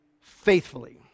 faithfully